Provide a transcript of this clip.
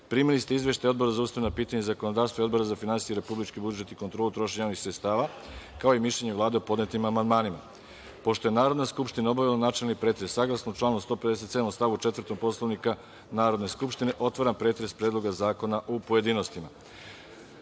ste izveštaj Odbora za ustavna pitanja i zakonodavstvo i Odbora za finansije, republički budžet i kontrolu trošenja javnih sredstava, kao i mišljenje Vlade o podnetim amandmanima. Pošto je Narodna skupština obavila načelni pretres, saglasno članu 157. stav 4. Poslovnika Narodne skupštine, otvaram pretres Predloga zakona u pojedinostima. Na